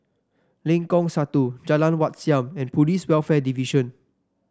Lengkong Satu Jalan Wat Siam and Police Welfare Division